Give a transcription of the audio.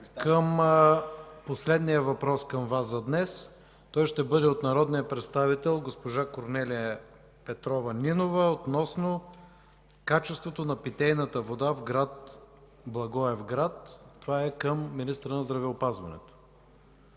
към последния въпрос към Вас за днес. Той е от народния представител госпожа Корнелия Петрова Нинова относно качеството на питейната вода в град Благоевград. Това е въпрос към министъра на здравеопазването.